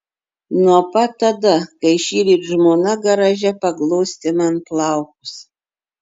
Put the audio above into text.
nuo pat tada kai šįryt žmona garaže paglostė man plaukus